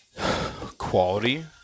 quality